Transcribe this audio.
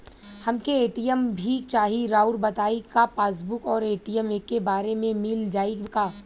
हमके ए.टी.एम भी चाही राउर बताई का पासबुक और ए.टी.एम एके बार में मील जाई का?